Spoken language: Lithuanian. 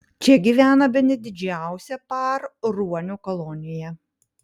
čia gyvena bene didžiausia par ruonių kolonija